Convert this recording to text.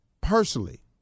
personally